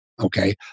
okay